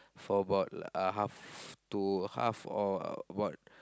for about uh half to half or about